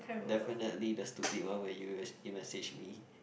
definitely the stupid one when you you message me